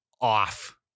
off